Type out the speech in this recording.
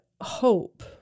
hope